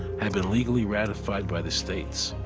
have been legally ratified by the states.